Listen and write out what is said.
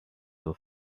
will